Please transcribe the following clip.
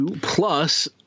plus